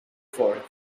for